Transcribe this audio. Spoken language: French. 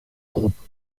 groupes